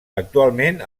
actualment